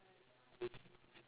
oh okay okay